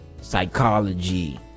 psychology